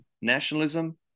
nationalism